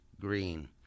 Green